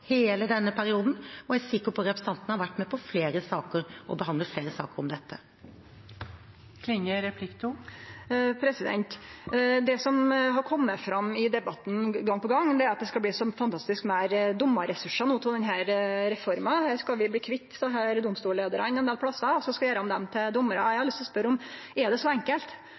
hele denne perioden, og jeg er sikker på at representanten har vært med på flere saker og behandlet flere saker om dette. Det som har kome fram i debatten gong på gong, er at det skal bli så fantastisk mykje meir domarressursar ut av denne reforma. Her skal vi bli kvitt desse domstolleiarane nokre plassar, og så skal vi gjere dei om til domarar. Eg har lyst til å spørje: Er det så enkelt?